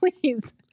please